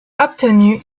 obtenu